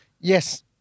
yes